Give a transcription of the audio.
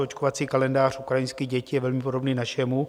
Očkovací kalendář ukrajinských dětí je velmi podobný našemu.